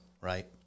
right